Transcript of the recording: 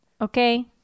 Okay